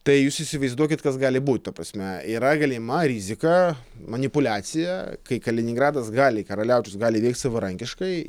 tai jūs įsivaizduokit kas gali būt ta prasme yra galima rizika manipuliacija kai kaliningradas gali karaliaučius gali veikti savarankiškai